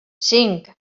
cinc